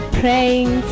praying